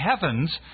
heavens